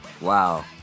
Wow